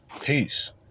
Peace